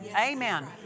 Amen